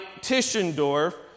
Tischendorf